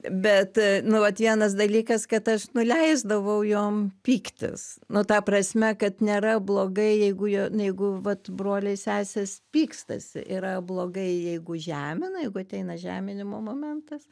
bet nu vat vienas dalykas kad aš nu leisdavau jom pyktis nu ta prasme kad nėra blogai jeigu jeigu vat broliai sesės pykstasi yra blogai jeigu žemina jeigu ateina žeminimo momentas